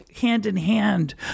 hand-in-hand